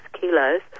kilos